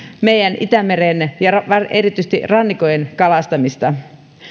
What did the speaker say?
meidän itämeren ja erityisesti rannikoiden kalastamista